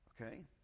okay